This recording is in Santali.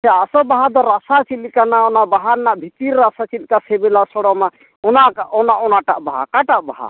ᱥᱮ ᱟᱥᱚᱞ ᱵᱟᱦᱟ ᱫᱚ ᱨᱟᱥᱟ ᱪᱮᱫ ᱞᱮᱠᱟᱱᱟ ᱚᱱᱟ ᱨᱮᱱᱟᱜ ᱚᱱᱟ ᱵᱟᱦᱟ ᱨᱮᱱᱟᱜ ᱵᱷᱤᱛᱤᱨ ᱨᱟᱥᱟ ᱪᱮᱫᱞᱮᱠᱟ ᱥᱤᱵᱤᱞᱟ ᱥᱚᱲᱚᱢᱟ ᱚᱱᱟᱴᱟᱜ ᱚᱱᱮ ᱚᱱᱟᱴᱟᱜ ᱵᱟᱦᱟ ᱚᱠᱟᱴᱟᱜ ᱵᱟᱦᱟ